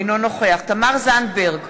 אינו נוכח תמר זנדברג,